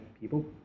people